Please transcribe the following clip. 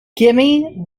gimme